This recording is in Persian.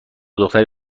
دختری